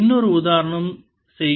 இன்னொரு உதாரணம் செய்கிறேன்